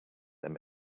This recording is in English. them